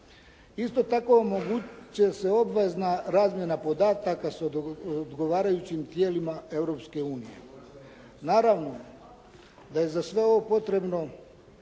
Isto tako omogućit će se obvezna razmjena podataka s odgovarajućim tijelima Europske unije. Naravno da je za sve ovo potrebno